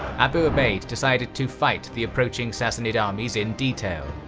abu ubaid decided to fight the approaching sassanid armies in detail,